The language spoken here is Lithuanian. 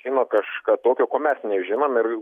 žino kažką tokio ko mes nežinom ir